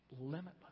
limitless